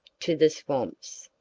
to the swamps.